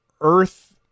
Earth